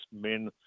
men